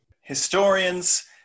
Historians